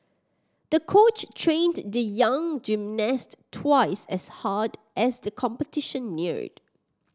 the coach trained the young gymnast twice as hard as the competition neared